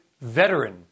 veteran